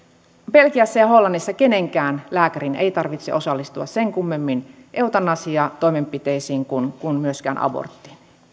belgiassa ja hollannissa kenenkään lääkärin ei tarvitse osallistua sen kummemmin eutanasiatoimenpiteisiin kuin myöskään aborttiin